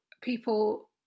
people